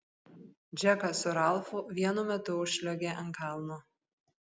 džekas su ralfu vienu metu užsliuogė ant kalno